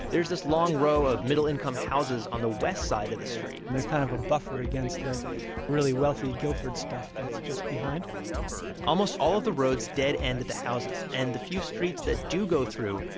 there's this long row of middle-income houses on the west side of the street and they're kind of a buffer against the really wealthy guilford stuff that's just behind almost all of the roads dead end at the houses, and the few streets that do go through,